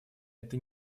эта